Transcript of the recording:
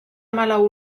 hamalau